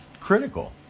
critical